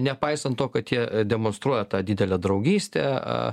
nepaisant to kad jie demonstruoja tą didelę draugystę